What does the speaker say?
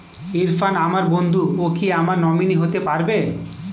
ইরফান আমার বন্ধু ও কি আমার নমিনি হতে পারবে?